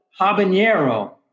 habanero